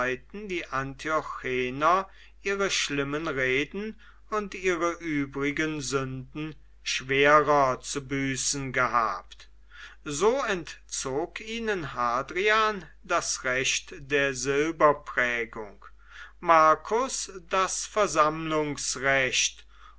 die antiochener ihre schlimmen reden und ihre übrigen sünden schwerer zu büßen gehabt so entzog ihnen hadrian das recht der silberprägung marcus das